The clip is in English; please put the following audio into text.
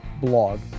blog